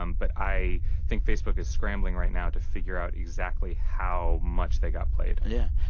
um but i think facebook is scrambling right now to figure out exactly how much they got played yeah.